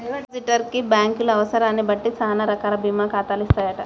depositor కి బ్యాంకులు అవసరాన్ని బట్టి సానా రకాల బీమా ఖాతాలు ఇస్తాయంట